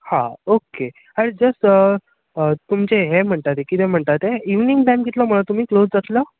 हां okay just तुमचें हें म्हणटा तें कितें म्हणटा तें इवनींग टाय्म कितलो म्हळो तुमी क्लोज जातलो